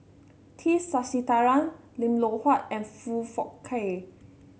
T Sasitharan Lim Loh Huat and Foong Fook Kay